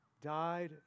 died